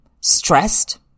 stressed